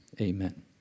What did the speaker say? Amen